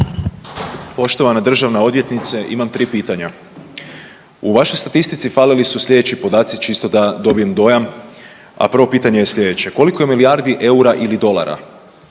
Poštovana državna odvjetnice imam tri pitanja. U vašoj statistici falili su sljedeći podaci čisto da dobijem dojam, a prvo pitanje je sljedeće, koliko je milijardi eura ili dolara